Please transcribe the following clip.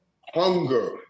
hunger